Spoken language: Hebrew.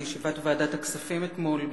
בישיבת ועדת הכספים אתמול,